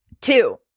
Two